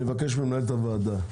אני מבקש ממנהלת הוועדה,